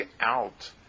out